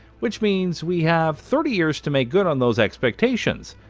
which means we have thirty years to make good on those expectations.